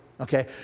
Okay